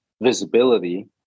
visibility